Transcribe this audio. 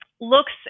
looks